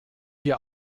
wir